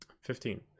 Fifteen